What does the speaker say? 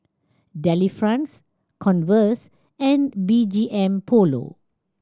Delifrance Converse and B G M Polo